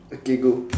okay go